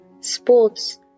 sports